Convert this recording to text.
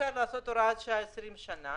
אי-אפשר לעשות הוראת שעה 20 שנה